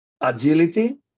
agility